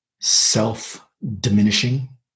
Self-diminishing